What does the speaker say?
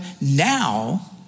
now